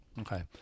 Okay